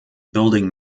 building